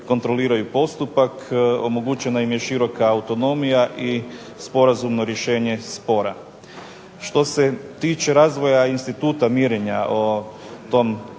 kontroliraju postupak, omogućena im je široka autonomija i sporazumno rješenje spora. Što se tiče razvoja instituta mirenja o tom